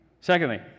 Secondly